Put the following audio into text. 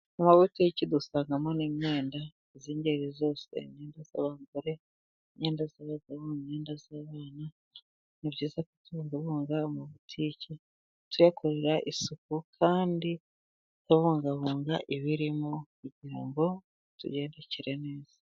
Amabutiki dusangamo n'imyenda y'ingeri zose, imyenda y'abagore, imyenda y'abagabo, imyenda y'abana, ni byiza ko tubungabunga amabutiki tuyakorera isuku, kandi tubungabunga ibirimo kugira ngo bitugendekere neza.